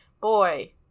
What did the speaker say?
boy